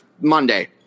Monday